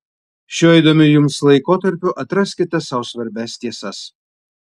šiuo įdomiu jums laikotarpiu atraskite sau svarbias tiesas